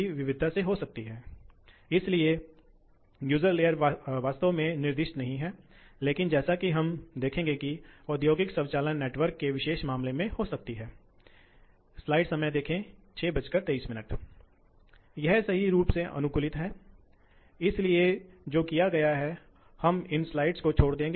इस आंकड़े को याद रखें हम वापस आएंगे और देखेंगे कि यदि आप एक चर गति ड्राइव करते हैं तो यह क्या है एक ही पंप के लिए और एक ही लोड प्रोफ़ाइल के लिए यदि हमारे पास एक चर गति ड्राइव है तो यह आंकड़ा क्या होगा